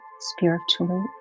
Spiritually